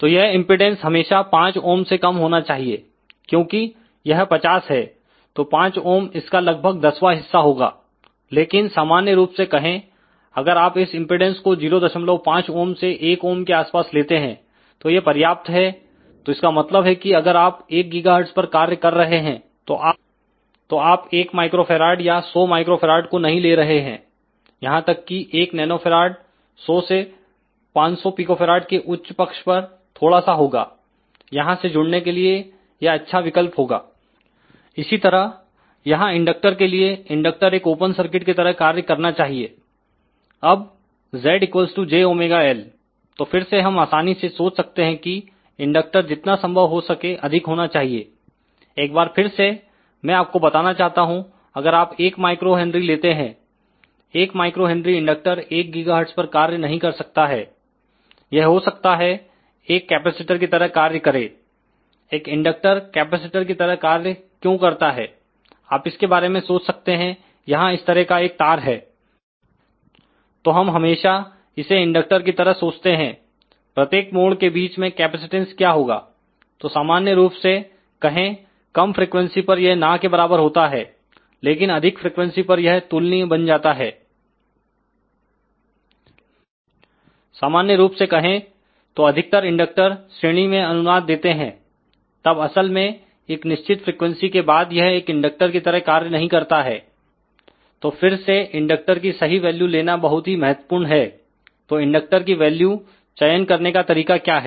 तो यह इंपेडेंस हमेशा 5 ohm से कम होना चाहिए क्योंकि यह 50 है तो 5 ohm इसका लगभग दसवां हिस्सा होगा लेकिन सामान्य रूप से कहें अगर आप इस इंपेडेंस को 05 ohm से 1 ohm के आसपास लेते हैं तो यह पर्याप्त है तो इसका मतलब है कि अगर आप 1GHz पर कार्य कर रहे हैं तो आप 1 µF या 100 µF को नहीं ले रहे हैं यहां तक कि 1nF 100 से 500 pF के उच्च पक्ष पर थोड़ा सा होगा यहाँ से जुड़ने के लिए यह अच्छा विकल्प होगा इसी तरह यहां इंडक्टर के लिए इंडक्टर एक ओपन सर्किट की तरह कार्य करना चाहिए अब Z jωL तो फिर से हम आसानी से सोच सकते हैं कि इंडक्टर जितना संभव हो सके अधिक होना चाहिए एक बार फिर से मैं आपको बताना चाहता हूं अगर आप 1µH लेते हैं एक 1 µH इंडक्टर 1 GHz पर कार्य नहीं कर सकता है यह हो सकता है एक कैपेसिटर की तरह कार्य करें एक इंडक्टर कैपेसिटर की तरह कार्य क्यों करता है आप इसके बारे में सोच सकते हैं यहां इस तरह का एक तार है तो हम हमेशा इसे इंडक्टर की तरह सोचते हैं प्रत्येक मोड के बीच में कैपेसिटेंस क्या होगा तो सामान्य रूप से कहें कम फ्रीक्वेंसी पर यह ना के बराबर होता है लेकिन अधिक फ्रीक्वेंसी पर यह तुलनीय बन जाता है सामान्य रूप से कहें तो अधिकतर इंडक्टर श्रेणी में अनुनाद देते हैं तब असल में एक निश्चित फ्रीक्वेंसी के बाद यह एक इंडक्टर की तरह कार्य नहीं करता है तो फिर से इंडक्टर की सही वैल्यू लेना बहुत ही महत्वपूर्ण है तो इंडक्टर की वैल्यू चयन करने का तरीका क्या है